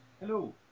Hello